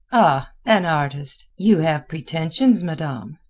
ah! an artist! you have pretensions, madame.